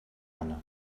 gana